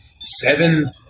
Seven